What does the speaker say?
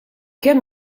kemm